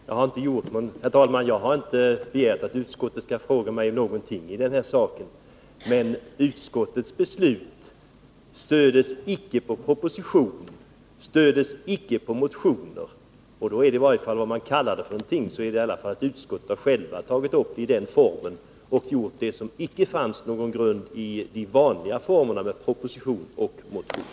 Herr talman! Jag har inte begärt att utskottet skall fråga mig om någonting i det här ärendet. Men utskottets beslut stöds icke på proposition, icke på motioner. Då är det — oavsett vad man kallar det — så att utskottet självt har tagit upp saken i denna form och inte gjort det på grundval av någon proposition eller motion.